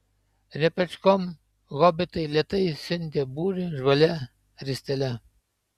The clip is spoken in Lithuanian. repečkom hobitai lėtai siuntė būrį žvalia ristele